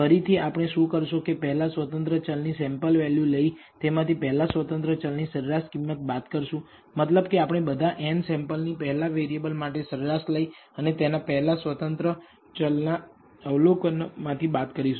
ફરીથી આપણે શું કરશો કે પહેલા સ્વતંત્ર ચલ ની સેમ્પલ વેલ્યુ લઇ તેમાંથી પહેલા સ્વતંત્ર ચલ ની સરેરાશ કિંમત બાદ કરશું મતલબ કે આપણે બધા n સેમ્પલની પહેલા વેરિયેબલ માટે સરેરાશ લઈ અને તેને પહેલા સ્વતંત્ર ચલના અવલોકન માંથી બાદ કરીશું